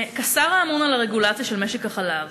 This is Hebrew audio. כשר הממונה על הרגולציה של משק החלב,